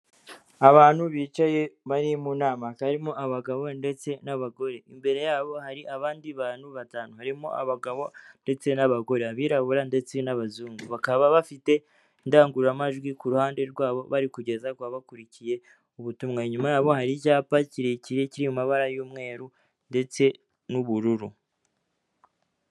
Abantu bicaye bari mu nama hakaba harimo abagabo ndetse n'abagore. Imbere yabo hari abandi bantu batanu, harimo abagabo ndetse n'abagore, abirabura ndetse n'abazungu, bakaba bafite indangururamajwi ku ruhande rwabo, bari kugeza babakurikiye ubutumwa; inyuma yabo hari icyapa kirekire kiri mu mabara y'umweru ndetse n'ubururu.